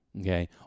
okay